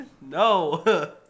No